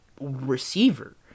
receiver